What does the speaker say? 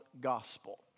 gospel